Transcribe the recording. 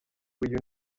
uyu